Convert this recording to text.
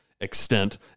extent